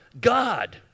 God